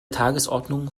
tagesordnung